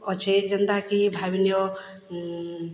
ଅଛେ ଯେନ୍ତାକି ଭାବି ନିଅ